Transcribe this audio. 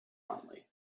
only